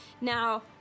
Now